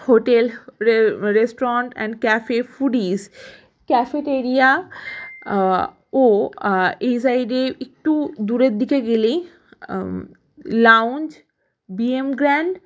hotel restaurant and cafe foodies cafeteria ও এই সাইডে একটু দূরের দিকে গেলেই লাউঞ্জ বি এম গ্র্যান্ড